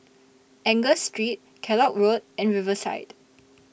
Angus Street Kellock Road and Riverside